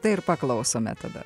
tai ir paklausome tada